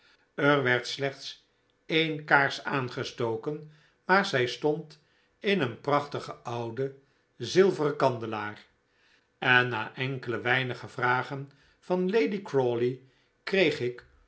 er werd slechts een kaars aangestoken maar zij stond in een prachtigen ouden zilveren kandelaar en na enkele weinige vragen van lady crawley kreeg ik